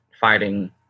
fighting